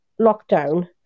lockdown